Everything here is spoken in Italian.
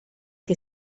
che